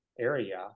area